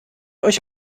euch